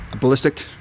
ballistic